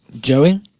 joey